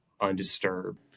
undisturbed